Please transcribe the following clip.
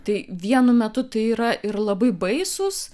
tai vienu metu tai yra ir labai baisūs